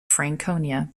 franconia